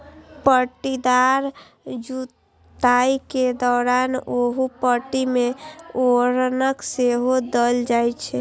पट्टीदार जुताइ के दौरान ओहि पट्टी मे उर्वरक सेहो देल जाइ छै